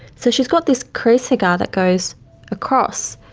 so she's got this crease, hagar, that goes across,